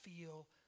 feel